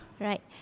Right